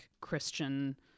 christian